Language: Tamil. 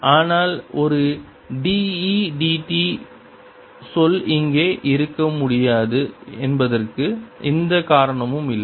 ஆனால் ஒரு d E d t சொல் இங்கே இருக்க முடியாது என்பதற்கு எந்த காரணமும் இல்லை